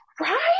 right